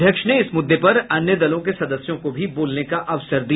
अध्यक्ष ने इस मुददे पर अन्य दलों के सदस्यों को भी बोलने का अवसर दिया